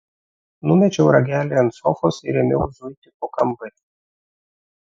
numečiau ragelį ant sofos ir ėmiau zuiti po kambarį